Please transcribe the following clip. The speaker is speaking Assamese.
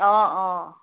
অঁ অঁ